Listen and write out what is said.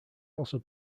also